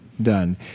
Done